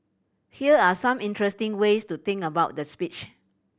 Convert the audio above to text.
here are some interesting ways to think about the speech